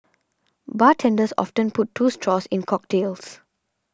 bartenders often put two straws in cocktails